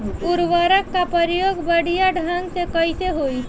उर्वरक क प्रयोग बढ़िया ढंग से कईसे होई?